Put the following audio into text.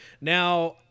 Now